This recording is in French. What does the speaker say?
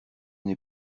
n’ai